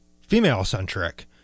female-centric